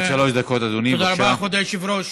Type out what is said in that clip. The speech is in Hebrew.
תודה רבה, אדוני היושב-ראש.